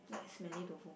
like smelly tofu